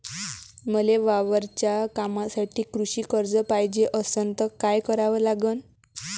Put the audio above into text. मले वावराच्या कामासाठी कृषी कर्ज पायजे असनं त काय कराव लागन?